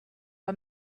are